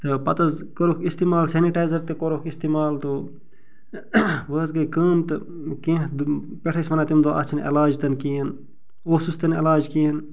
تہٕ پتہٕ حظ کورُکھ اِستعمال سیٚنِٹایزر تہِ کورُکھ اِستعمال تہٕ وٕ حظ گٔے کٲم تہٕ کیٚنہہ پٮ۪ٹھٕ ٲسۍ ونان تمہِ دۄہ اتھ چھنہٕ علاج تہِ کِہینۍ اوسُس تہِ نہٕ علاج تہِ کِہیٖنۍ